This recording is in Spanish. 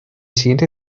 siguiente